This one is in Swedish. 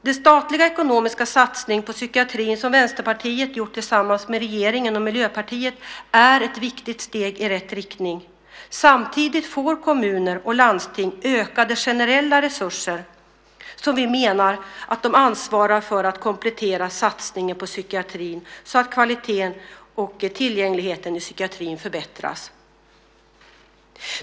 Den statliga ekonomiska satsning på psykiatrin som Vänsterpartiet har gjort tillsammans med regeringen och Miljöpartiet är ett viktigt steg i rätt riktning. Samtidigt får kommuner och landsting ökade generella resurser. Vi menar att de ansvarar för att komplettera satsningen på psykiatrin så att kvaliteten och tillgängligheten i psykiatrin förbättras.